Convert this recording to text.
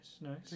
nice